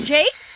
Jake